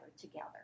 together